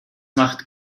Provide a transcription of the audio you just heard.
macht